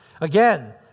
Again